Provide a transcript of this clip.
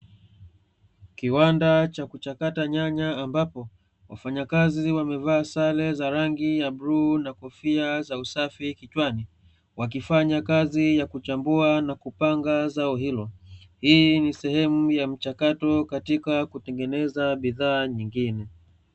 Kiwanda cha kuchakata nyanya, ambapo wafanyakazi wamevaa sare za rangi ya bluu na kofia za usafi kichwani, wakifanya kazi ya kuchambua na kupanga zao hilo. Hii ni sehemu ya mchakato katika kutengeneza bidhaa nyingine.